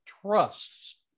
trusts